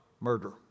murder